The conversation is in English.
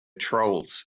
trolls